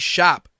Shop